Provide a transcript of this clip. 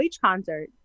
concert